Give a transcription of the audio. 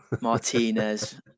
Martinez